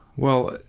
well,